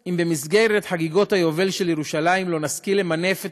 אם במסגרת חגיגות היובל לירושלים לא נשכיל למנף את